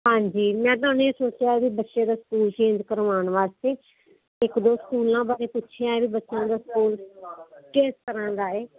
ਹਾਂਜੀ ਮੈਂ ਤੁਹਾਨੂੰ ਇਹ ਸੋਚਿਆ ਵੀ ਬੱਚੇ ਦਾ ਸਕੂਲ ਚੇਂਜ ਕਰਵਾਉਣ ਵਾਸਤੇ ਇੱਕ ਦੋ ਸਕੂਲਾਂ ਬਾਰੇ ਪੁੱਛਿਆ ਵੀ ਬੱਚਿਆਂ ਨੂੰ ਸਕੂਲ ਕਿਸ ਤਰ੍ਹਾਂ ਦਾ ਇਹ